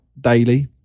daily